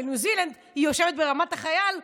לניו זילנד, היא יושבת ברמת החייל.